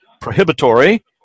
prohibitory